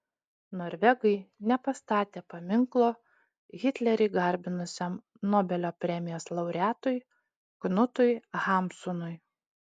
norvegai nepastatė paminklo hitlerį garbinusiam nobelio premijos laureatui knutui hamsunui